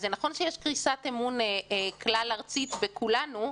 אז נכון שיש קריסת אמון כלל ארצית בכולנו,